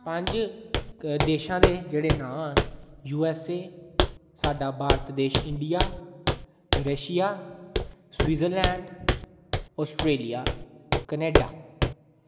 पंज देशां दे जेह्ड़े नांऽ न यू एस ए साड्ढा भारत देश India Russia Switzerland Australia Canada